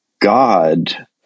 God